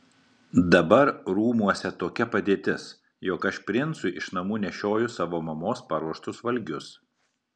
dabar rūmuose tokia padėtis jog aš princui iš namų nešioju savo mamos paruoštus valgius